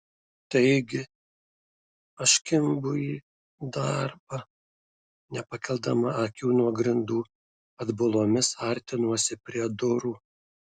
taigi aš kimbu į darbą nepakeldama akių nuo grindų atbulomis artinuosi prie durų